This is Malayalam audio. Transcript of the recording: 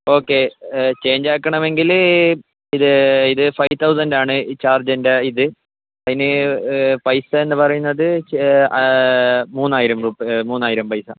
ഓക്കെ ചേഞ്ച് ആക്കണമെങ്കിൽ ഇത് ഇത് ഫൈവ് തൗസൻഡ് ആണ് ചാർജ് എൻ്റെ ഇത് അതിന് പൈസ എന്ന് പറയുന്നത് ചെ മൂവായിരം റുപ് മൂവായിരം പൈസ